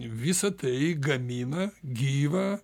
visa tai gamina gyvą